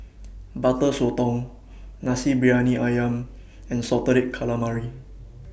Butter Sotong Nasi Briyani Ayam and Salted Calamari